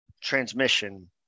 transmission